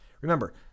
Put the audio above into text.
Remember